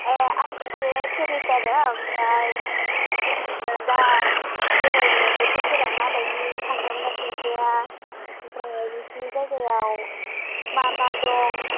ओ आं सासे टुरिस्ट आरो ओमफ्राय दा बेरायनो बोथोरफोरा माबायदि थांजागोन ना थांजाया ओमफ्राय नोंसिनि जायगायाव मा मा दं